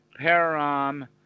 Param